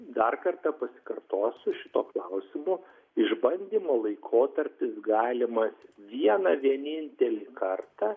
dar kartą pasikartosiu šituo klausimu išbandymo laikotarpis galimas vieną vienintelį kartą